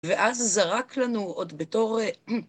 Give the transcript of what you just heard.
ואז זרק לנו עוד בתור..